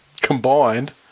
combined